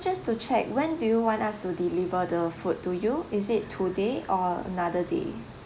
just to check when do you want us to deliver the food to you is it today or another day